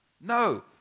No